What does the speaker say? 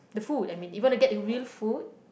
the food I mean if you want get the real food